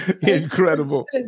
incredible